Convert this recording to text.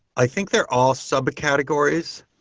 i think they're all subcategories.